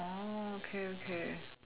oh okay okay